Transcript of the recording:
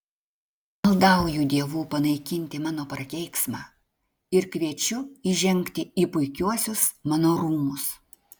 maldauju dievų panaikinti mano prakeiksmą ir kviečiu įžengti į puikiuosius mano rūmus